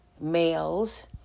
males